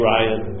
Ryan